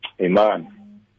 Amen